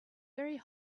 very